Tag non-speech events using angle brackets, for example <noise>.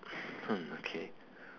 <noise> okay